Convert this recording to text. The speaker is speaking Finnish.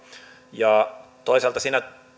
toisaalta siinä